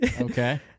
Okay